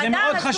זה מאוד חשוב.